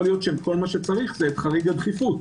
יכול להיות שכל מה שצריך זה חריג הדחיפות,